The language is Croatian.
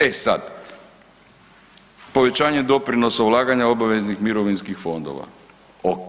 E sad, povećanje doprinosa ulaganja obaveznih mirovinskih fondova.